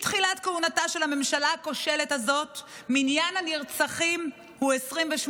מתחילת כהונתה של הממשלה הכושלת הזאת מניין הנרצחים הוא 28,